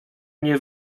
nie